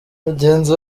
mugenzi